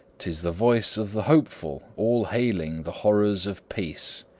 tis the voice of the hopeful, all-hailing the horrors of peace.